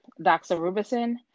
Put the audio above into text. doxorubicin